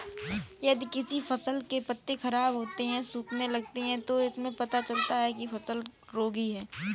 यदि किसी फसल के पत्ते खराब होते हैं, सूखने लगते हैं तो इससे पता चलता है कि फसल रोगी है